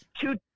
two